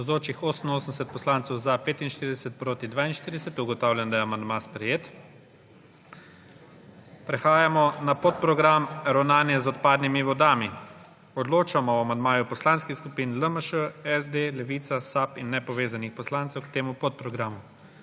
(Za je glasovalo 45.) (Proti 43.) Ugotavljam, da je amandma sprejet. Prehajamo na podprogram Ravnanje z odpadnimi vodami. Odločamo o amandmaju Poslanskih skupin LMŠ, SD, Levica, SAB in nepovezanih poslancev k temu podprogramu.